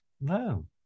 No